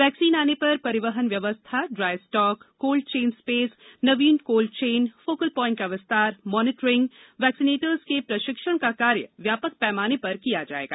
vaccine आने पर परिवहन व्यवस्था dry stock cold chain space नवीन कोल्ड चैन फोकल प्वाइंट का विस्तार मॉनिटरिंग वैक्सीनेटर्स के प्रशिक्षण का कार्य व्यापक पैमाने पर किया जाएगा